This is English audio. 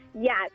Yes